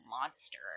monster